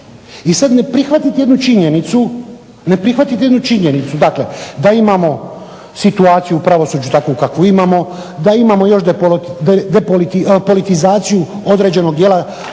ali to su fakti. I sad ne prihvatiti jednu činjenicu, dakle da imamo situaciju u pravosuđu takvu kakvu imamo, da imamo još politizaciju određenog dijela